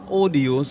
audio